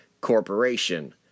Corporation